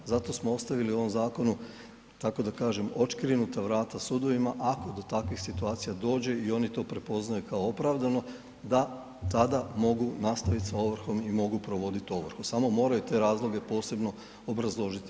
Zato smo ostavili u ovom zakonu tako da kažem, odškrinuta vrata sudovima ako do takvih situacija dođe i oni to prepoznaju kao opravdano da tada mogu nastaviti sa ovrhom i mogu provoditi ovrhu, samo moraju te razloge posebno obrazložiti.